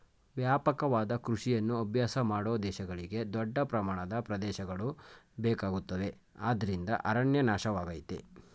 ವ್ಯಾಪಕವಾದ ಕೃಷಿಯನ್ನು ಅಭ್ಯಾಸ ಮಾಡೋ ದೇಶಗಳಿಗೆ ದೊಡ್ಡ ಪ್ರಮಾಣದ ಪ್ರದೇಶಗಳು ಬೇಕಾಗುತ್ತವೆ ಅದ್ರಿಂದ ಅರಣ್ಯ ನಾಶವಾಗಯ್ತೆ